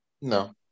no